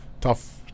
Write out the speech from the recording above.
tough